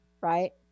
right